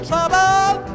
Trouble